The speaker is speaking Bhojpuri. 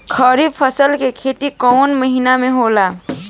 खरीफ फसल के खेती कवना महीना में होला?